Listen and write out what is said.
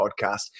podcast